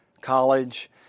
college